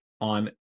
on